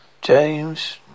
james